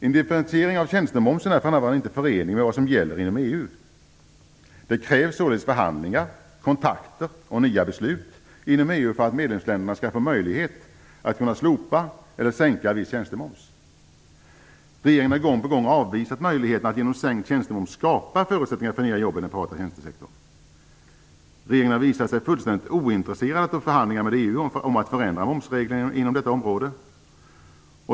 En differentiering av tjänstemomsen är för närvarande inte förenlig med vad som gäller inom EU. Det krävs således förhandlingar, kontakter och nya beslut inom EU för att medlemsländerna skall få möjlighet att slopa eller sänka viss tjänstemoms. Regeringen har gång på gång avvisat möjligheterna att genom sänkt tjänstemoms skapa förutsättningar för nya jobb i den privata tjänstsektorn. Regeringen har visat sig fullständigt ointresserad av att ta upp förhandlingar med EU om att förändra momsreglerna inom detta område.